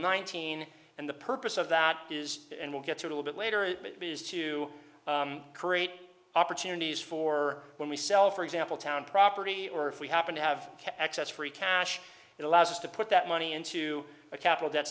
nineteen and the purpose of that is and we'll get to a little bit later but it is to create opportunities for when we sell for example town property or if we happen to have excess free cash it allows us to put that money into a capital that